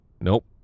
nope